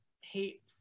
hate